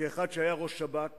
כאחד שהיה ראש השב"כ